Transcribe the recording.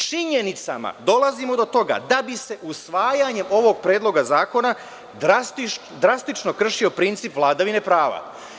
Činjenicama dolazimo do toga da bi se usvajanjem ovog Predloga zakona drastično kršio princip vladavine prava.